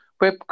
web